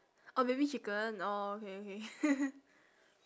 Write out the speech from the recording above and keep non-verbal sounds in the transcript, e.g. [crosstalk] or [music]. orh baby chicken orh okay okay [laughs]